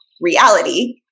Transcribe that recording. reality